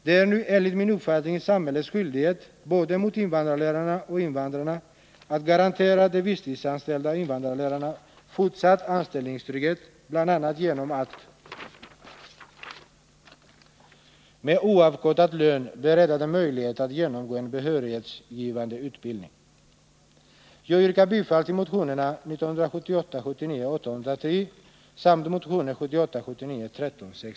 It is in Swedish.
Det är nu enligt min uppfattning samhällets skyldighet, både mot invandrarlärarna och invandrarna, att garantera de visstidsanställda invandrarlärarna fortsatt anställningstrygghet bl.a. genom att med oavkortad lön bereda dem möjlighet att genomgå en behörighetsgivande utbildning.